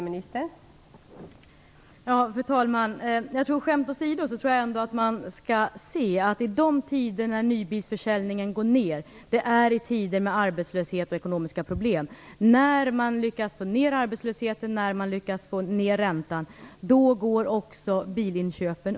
Fru talman! Skämt å sido tror jag ändå att man skall se att nybilsförsäljningen går ner i tider med arbetslöshet och ekonomiska problem. När man lyckas få ner arbetslösheten och räntan ökar också bilinköpen.